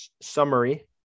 summary